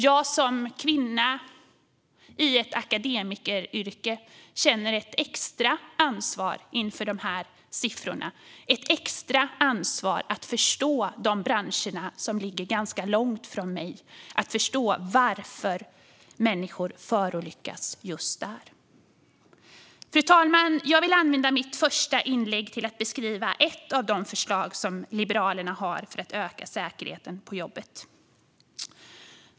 Jag som kvinna i ett akademikeryrke känner ett extra ansvar inför de här siffrorna - ett extra ansvar att förstå de branscher som ligger ganska långt från mig och det jag gör och att förstå varför människor förolyckas just där. Fru talman! Jag vill använda mitt första inlägg till att beskriva ett av de förslag som Liberalerna har för att öka säkerheten på jobbet.